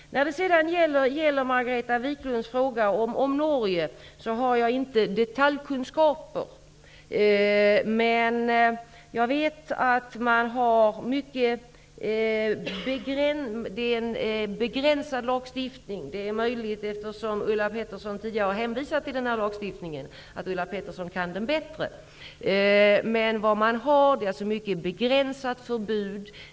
Vad gäller Margareta Viklunds fråga om Norge, har jag inte några detaljkunskaper. Men jag vet att Norges lagstiftning innebär ett begränsat förbud. Man har endast förbud mot innehav av videogram och inget generellt förbud.